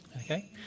Okay